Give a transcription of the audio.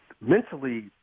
Mentally